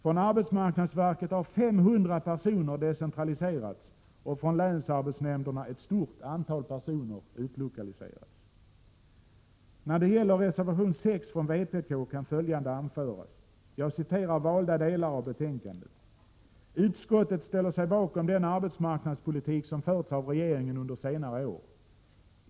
Från arbetsmarknadsverket har 500 personer decentraliserats, och från länsarbetsnämnderna har ett stort antal personer utlokaliserats. När det gäller reservation 6 från vpk kan följande anföras. Jag citerar valda delar av betänkandet: ”Utskottet ställer sig bakom den arbetsmarknadspolitik som förts av regeringen under senare år.